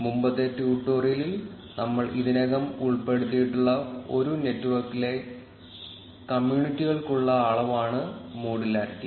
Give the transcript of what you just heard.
മുമ്പത്തെ ട്യൂട്ടോറിയലിൽ നമ്മൾ ഇതിനകം ഉൾപ്പെടുത്തിയിട്ടുള്ള ഒരു നെറ്റ്വർക്കിലെ കമ്മ്യൂണിറ്റികൾക്കുള്ള അളവാണ് മോഡുലാരിറ്റി